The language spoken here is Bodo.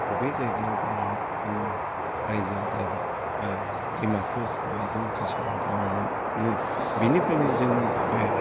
बबे जायगायाव दङमोन जों रायजोआ जाहैबाय डिमापुर मायबं कासाराव दङमोनो बिनिफ्रायनो जोंनि बे